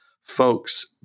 folks